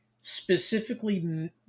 Specifically